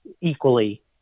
equally